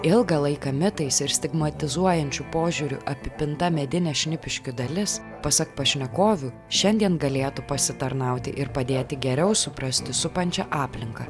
ilgą laiką mitais ir stigmatizuojančiu požiūriu apipinta medinė šnipiškių dalis pasak pašnekovių šiandien galėtų pasitarnauti ir padėti geriau suprasti supančią aplinką